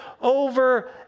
over